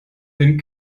den